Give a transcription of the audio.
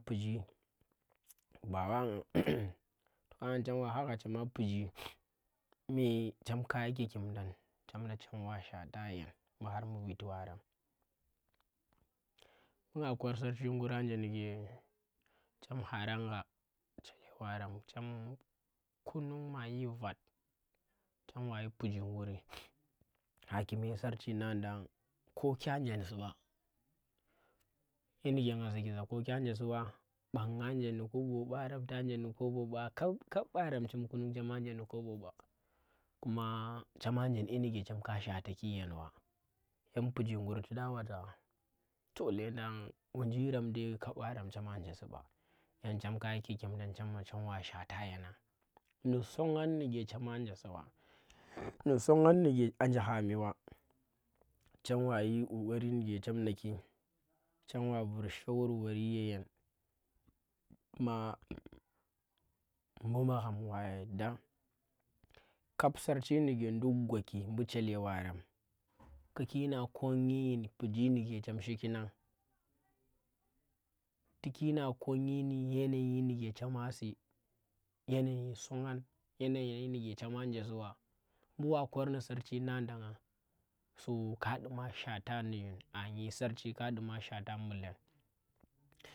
Piji ba wa ngah toh kana chema wa ghaghaa chema piji ndi chem ka yi kikimdangnag, chem nga chem wa shwata yen bu har bu viti warem. Bu nga kor sarchi nguranje ndike chem haring gha chelle warem chem kunung mayi vat, chem wa yi piji nguri, haa kume sarchi ngan dang, ko kya nje su ba. Kyi ndike nga zuki ko kyanje si ɓa bang. nganje ndi kobo ba rapta anje ndi kobo ba kap kap barem chem kunung chema njee ndi kobo ɓa kuma chema anje ndi dyenike chem ka shwata ki dyem ba yana pijir ngur tu da ba za to llendang won jirem dai, kap barem wunji chema nje su ba yang chem ka yi kikim ndang chem nga chem ma shmata yen nang. Ndi son ngan ndi ke chema nje si ba aah ndi song ngan ndi ke anje hami wa chem wa yi kokari ndi ke chem ngaki chem wa vur shawarwari ye yeng, maa bu. Maghma wa yarda kap sarchi nduke nduk gwagwaki bu chele warem ku ki na kwanyi ndi yin piji nyem shik ngan, tiki nga konyi ndi yanayi ndike chema si yanayi son ngan yanayi ndike chema nje siwa mbu wa kur ndi sarchi nadanga so ka ɗuma shwata ndi yen ndi sarchi